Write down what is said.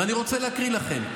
ואני רוצה להקריא לכם: